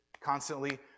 constantly